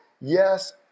Yes